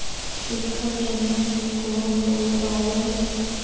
শিক্ষার জন্যে কি কোনো লোন পাওয়া যাবে?